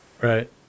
right